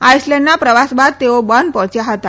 આઈસલેન્ડના પ્રવાસ બાદ તેઓ બર્ન પહોંચ્યા હતા